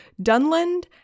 Dunland